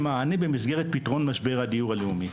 מענה במסגרת פתרון משבר הדיור הלאומי.